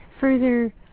further